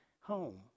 home